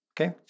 okay